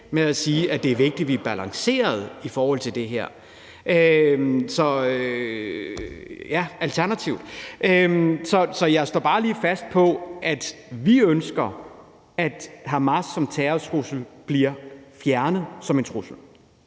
med at sige, at det er vigtigt, at vi er balancerede i forhold til det her. Så jeg vil bare lige slå fast, at vi ønsker, at Hamas bliver fjernet som terrortrussel,